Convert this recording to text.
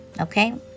okay